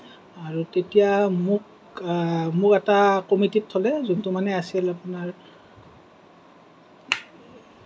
আৰু তেতিয়া মোক মোৰ এটা কমিটিত থ'লে যোনটো মানে আছিল আপোনাৰ